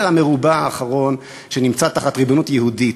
הרבוע האחרון שנמצא תחת ריבונות יהודית.